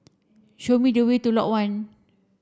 show me the way to Lot One